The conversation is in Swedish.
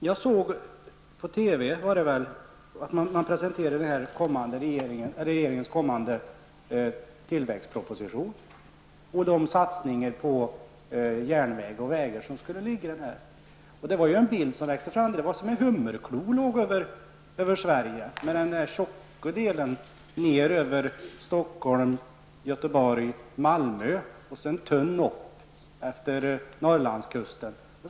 Jag såg på TV en presentation av regeringens kommande tillväxtproposition och de satsningar på järnvägar och vägar som ingår i den. Den bild som växte fram liknade en hummerklo som låg över Sverige med den tjocka delen över Stockholm, Göteborg och Norrlandskusten.